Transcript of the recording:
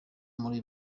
muri